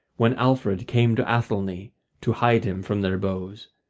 when alfred came to athelney to hide him from their bows